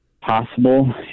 possible